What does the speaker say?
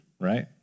right